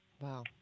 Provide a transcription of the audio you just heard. Wow